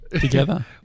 together